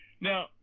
Now